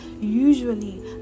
usually